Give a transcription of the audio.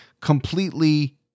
completely